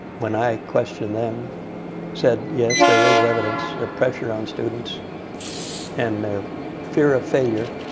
when i questioned them said yes, there is evidence that pressure on students and their fear of failure,